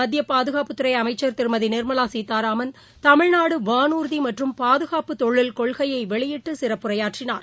மத்தியபாதுகாப்புத்துறைஅமைச்சர் இந்தமாநாட்டில் திருமதிநிர்மலாசீதாராமன் தமிழ்நாடுவானுர்திமற்றும் பாதுகாப்பு தொழில் கொள்கையைவெளியிட்டுசிறப்புரையாற்றினார்